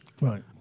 Right